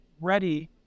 ready